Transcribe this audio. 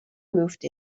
moved